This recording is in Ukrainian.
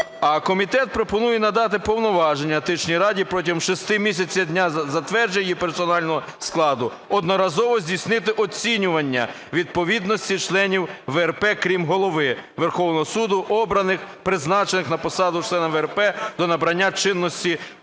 А комітет пропонує надати повноваження Етичній раді протягом 6 місяці з дня затвердження її персонального складу одноразово здійснити оцінювання відповідності членів ВРП (крім Голови Верховного Суду), обраних (призначених) на посаду члена ВРП до набрання чинності